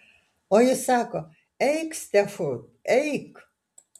o jis sako eik stefut eik